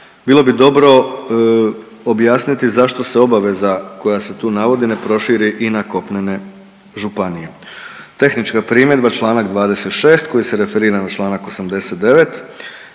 bilo bi dobro objasniti zašto se obaveza koja se tu navodi ne proširi i na kopnene županije. Tehnička primjedba članak 26. koji se referira na članak 89.